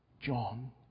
John